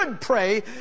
pray